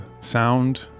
sound